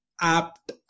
apt